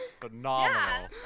Phenomenal